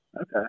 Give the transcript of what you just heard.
Okay